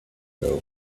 ago